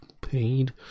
paid